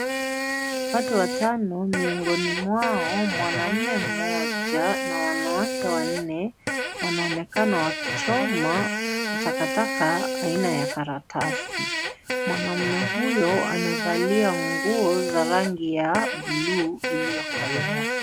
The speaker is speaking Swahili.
Watu watano, miongoni mwao, mwanaume mmoja na wanawake wanne. Wanaoneka wakichoma takataka aina ya karatasi. Mwanaume huyo, amevalia nguo za rangi ya buluu iliyokolea.